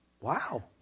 wow